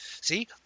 See